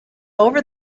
over